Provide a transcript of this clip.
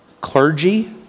clergy